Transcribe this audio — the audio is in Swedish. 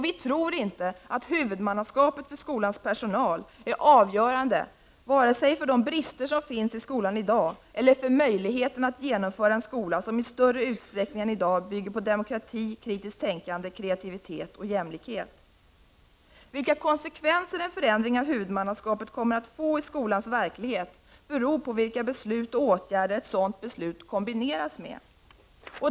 Vi tror inte att huvudmannaskapet för skolans personal är avgörande vare sig för de brister som i dag finns i skolan eller för möjligheten att genomföra en skola som i större utsträckning än i dag bygger på demokrati, kritiskt tänkande, kreativitet och jämlikhet. Vilka konsekvenser en förändring av huvudmannaskapet kommer att få i skolans verklighet beror på vilka beslut och åtgärder ett sådant beslut kombineras med.